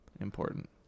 important